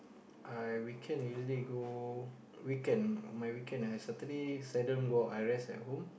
I weekend usually go weekend my weekend my Saturday seldom go out I rest at home